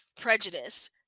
prejudice